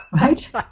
Right